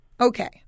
Okay